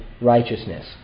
righteousness